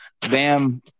Bam